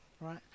right